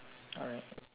alright